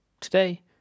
Today